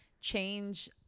change